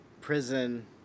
prison